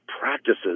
practices